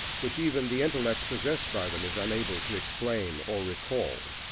which even the intellect possessed by them is unable to explain or recall.